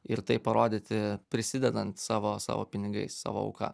ir taip parodyti prisidedant savo savo pinigais savo auka